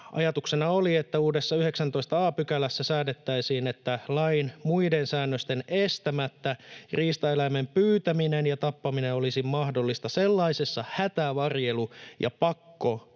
ajatuksena oli, että: ”Uudessa 19 a §:ssä säädettäisiin, että lain muiden säännösten estämättä riistaeläimen pyytäminen ja tappaminen olisi mahdollista sellaisessa hätävarjelu- ja pakkotilassa,